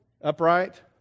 Upright